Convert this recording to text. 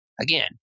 again